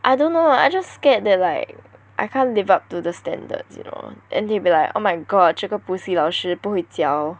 I don't know I just scared that like I can't live up to the standards you know then they'll be like oh my god 这个补习老师不会教